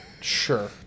Sure